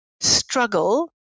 struggle